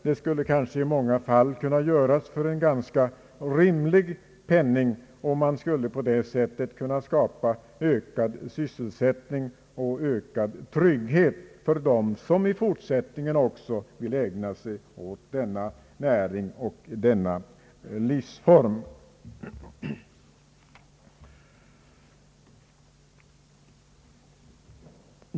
Det skulle kanske i många fall kunna göras för en ganska rimlig summa, och man skulle därigenom kunna skapa ökad sysselsättning och ökad trygghet för dem som också i fortsättningen vill ägna sig åt denna näring och leva på detta sätt.